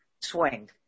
swing